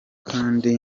kandi